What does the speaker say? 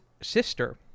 sister